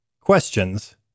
Questions